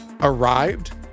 arrived